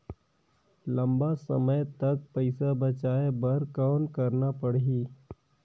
लंबा समय तक पइसा बचाये बर कौन करना पड़ही?